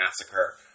Massacre